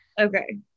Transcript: Okay